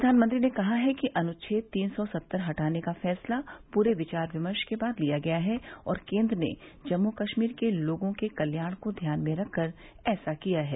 प्रधानमंत्री ने कहा है कि अनुच्छेद तीन सौ सत्तर हटाने का फैसला प्रे विचार विमर्श के बाद लिया गया है और केन्द्र ने जम्मू कश्मीर के लोगों के कल्याण को ध्यान में रखकर ऐसा किया है